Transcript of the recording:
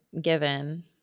given